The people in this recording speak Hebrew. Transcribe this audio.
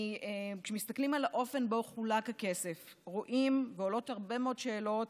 כשמסתכלים על האופן שבו חולק הכסף עולות הרבה מאוד שאלות.